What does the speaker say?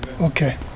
Okay